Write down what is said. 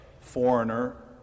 foreigner